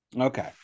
Okay